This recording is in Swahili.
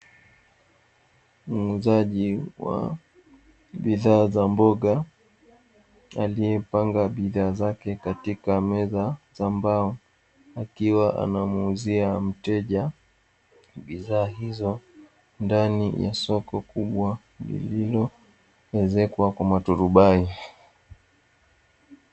Muuzaji wa bidhaa za mboga aliyepanga bidhaa zake katika meza za mbao, akiwa anamuuzia mteja bidhaa hizo, ndani ya soko kubwa lililoezekwa kwa maturubai.